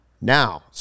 Now